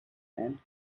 and